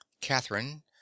Catherine